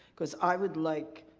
because i would like,